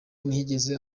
ntiyigeze